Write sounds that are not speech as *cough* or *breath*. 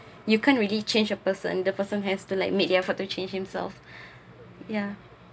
you can't really change a person the person has to like make their for to change himself *breath* ya